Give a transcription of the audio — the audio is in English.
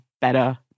better